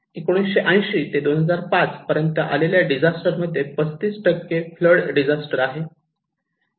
1980 ते 2005 पर्यंत आलेल्या डिजास्टर मध्ये 35 फ्लड डिझास्टर आहे